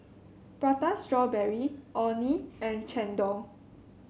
Prata Strawberry Orh Nee and chendol